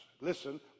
listen